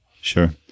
Sure